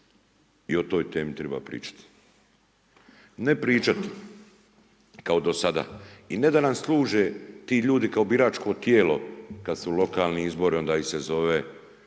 i o toj temi treba pričati. Ne pričat kao do sada i ne da nam službe ti ljudi kao biračko tijelo kad su lokalni izbori onda ih se zove